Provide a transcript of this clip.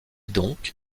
donc